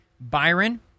Byron